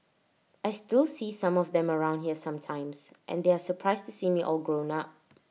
I still see some of them around here sometimes and they are surprised to see me all grown up